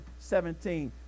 17